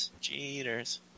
cheaters